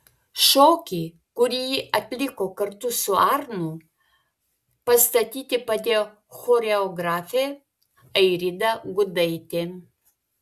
šokį kurį jį atliko kartu su arnu pastatyti padėjo choreografė airida gudaitė